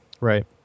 Right